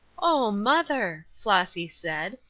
oh, mother! flossy said,